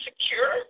secure